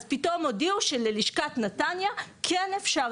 אז פתאום הודיעו שללכת נתניה כן אפשר